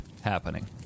happening